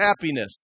happiness